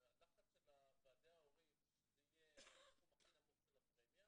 הלחץ של ועדי ההורים שזה יהיה --- הכי נמוך של הפרמיה